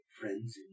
friends